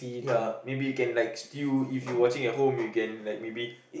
ya maybe you can like still if you watching at home you can like maybe